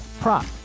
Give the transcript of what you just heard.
prop